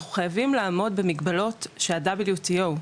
אנחנו חייבים לעמוד במגבלות של ה-w.t.o.,